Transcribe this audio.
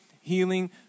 healing